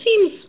seems